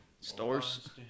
Stores